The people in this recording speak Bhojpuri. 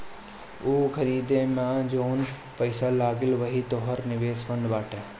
ऊ खरीदे मे जउन पैसा लगल वही तोहर निवेश फ़ंड बाटे